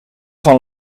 van